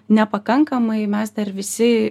nepakankamai mes dar visi